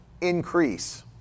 increase